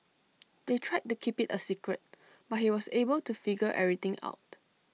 they tried to keep IT A secret but he was able to figure everything out